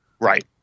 right